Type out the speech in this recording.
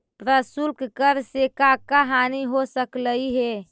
प्रशुल्क कर से का का हानि हो सकलई हे